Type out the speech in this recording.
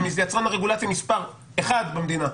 ויצרן רגולציה מספר אחת במדינה,